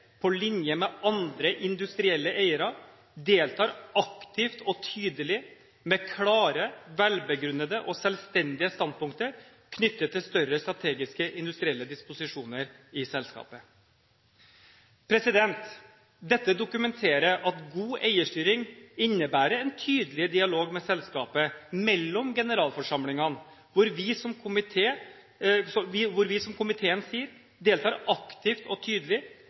på linje med andre industrielle eiere, deltar aktivt og tydelig med klare, velbegrunnede og selvstendige standpunkter knyttet til større strategiske industrielle disposisjoner i selskapet.» Dette dokumenterer at god eierstyring innebærer en tydelig dialog med selskapet mellom generalforsamlingene, hvor vi, som komiteen sier, deltar aktivt og tydelig med klare, velbegrunnede og selvstendige standpunkter. Så